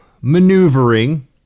maneuvering